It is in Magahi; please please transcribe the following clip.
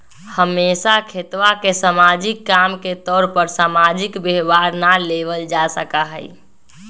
हमेशा खेतवा के सामाजिक काम के तौर पर सामाजिक व्यवहार ला लेवल जा सका हई